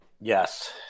Yes